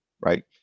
right